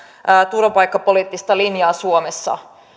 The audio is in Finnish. turvapaikkapoliittista linjaa suomessa